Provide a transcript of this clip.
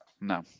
No